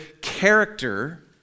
character